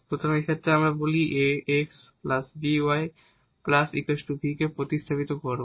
সুতরাং এই ক্ষেত্রে আমরা বলি ax by v কে প্রতিস্থাপিত করব